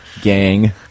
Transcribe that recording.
gang